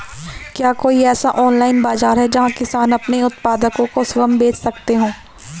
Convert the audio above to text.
क्या कोई ऐसा ऑनलाइन बाज़ार है जहाँ किसान अपने उत्पादकों को स्वयं बेच सकते हों?